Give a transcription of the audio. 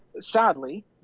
sadly